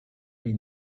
jej